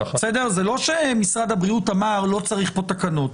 זה לא שמשרד הבריאות אמר שלא צריך פה תקנות.